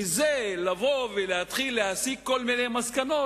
מזה לבוא ולהתחיל כל מיני מסקנות?